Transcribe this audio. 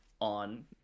on